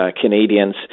Canadians